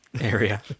area